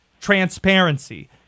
transparency